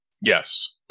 Yes